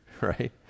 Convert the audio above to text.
Right